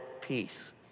peace